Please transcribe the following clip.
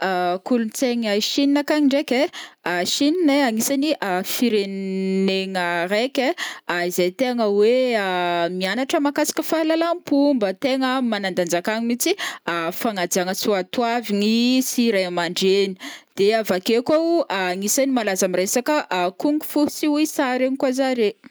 Kolontsaigna Chine akagny ndraiky ai, Chine ai anisagny fire negna raiky ai izay tegna oe mianatra makasika fahalalam-pomba tegna manandanja akagny mitsy fagnajagna soatiavigny sy raiamandreny, de avake koao anisany malaza am resaka kung fu sy wisa regny koa zare.